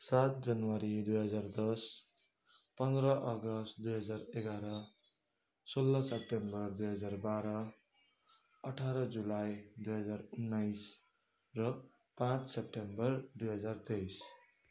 सात जनवरी दुई हजार दस पन्ध्र अगस्त दुई हजार एघार सोह्र सेप्टेम्बर दुई हजार बाह्र अठार जुलाई दुई हजार उन्नाइस र पाँच सेप्टेम्बर दुई हजार तेइस